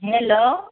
hello